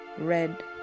red